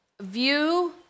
view